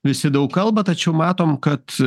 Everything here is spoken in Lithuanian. visi daug kalba tačiau matom kad